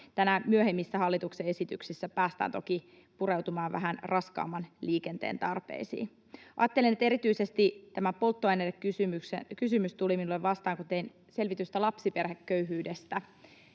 Tänään myöhemmissä hallituksen esityksissä päästään toki pureutumaan vähän raskaamman liikenteen tarpeisiin. Ajattelen, että erityisesti tämä polttoainekysymys tuli minulle vastaan, kun tein selvitystä lapsiperheköyhyydestä